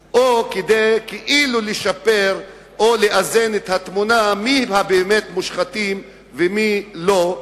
כאילו לשפר או לאזן את התמונה מי באמת מושחתים ומי לא,